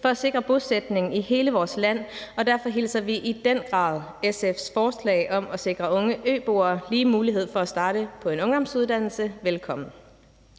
for at sikre bosætning i hele vores land, og derfor hilser vi i den grad SF's forslag om at sikre unge øboere lige muligheder for at starte på en ungdomsuddannelse velkommen.